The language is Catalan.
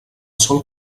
sòl